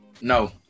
No